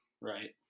right